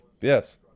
Yes